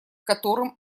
которым